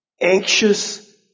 anxious